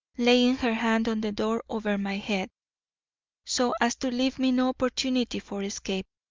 laying her hand on the door over my head so as to leave me no opportunity for escape.